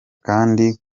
kandi